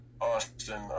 Austin